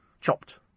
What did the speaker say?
chopped